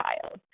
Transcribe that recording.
child